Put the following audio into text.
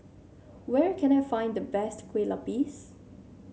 where can I find the best Kue Lupis